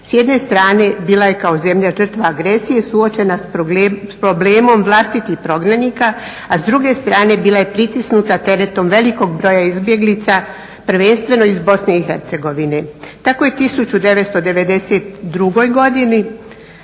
S jedne strane bila ja kao zemlja žrtva agresije suočena s problemom vlastitih prognanika, a s druge strane bila je pritisnuta teretom velikog broja izbjeglica prvenstveno iz BiH. Tako je 1992.godini